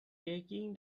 taking